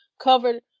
covered